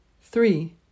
Three